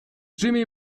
jimmy